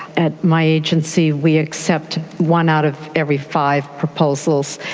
at my agency we accept one out of every five proposals,